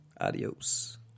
Adios